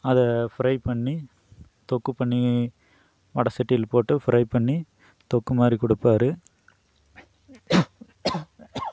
அதை ஃப்ரை பண்ணி தொக்கு பண்ணி வடை சட்டியில போட்டு ஃப்ரை பண்ணி தொக்குமாதிரி கொடுப்பாரு